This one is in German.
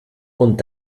und